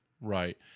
Right